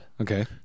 Okay